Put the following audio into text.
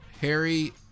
harry